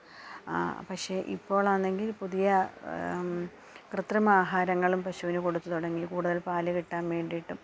പക്ഷേ ഇപ്പോഴാണെങ്കില് പുതിയ കൃത്രിമ ആഹാരങ്ങളും പശുവിന് കൊടുത്തു തുടങ്ങി കൂടുതൽ പാല് കിട്ടാൻ വേണ്ടിയിട്ടും